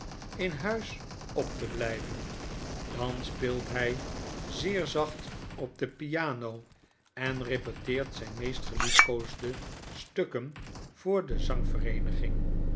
tkekken huis op te blijven dan speelt hy zeer zacht op de piano en repeteert zyne meest geliefkoosde stukken voor de